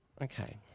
Okay